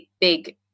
big